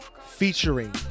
Featuring